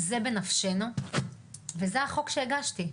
זה בנפשנו וזה החוק שהגשתי.